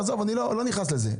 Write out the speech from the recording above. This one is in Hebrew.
עזוב, אני לא נכנס לזה.